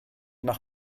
nach